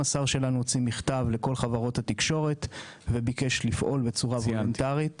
השר שלנו הוציא מכתב לכל חברות התקשורת וביקש לפעול בצורה וולונטרית